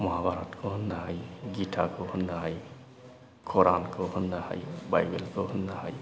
महाभारतखौ होननो हायो गिताखौ होननो हायो कुरानखौ होननो हायो बायबेलखौ होननो हायो